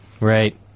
Right